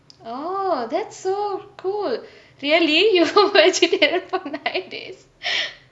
oh that's so cool really